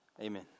Amen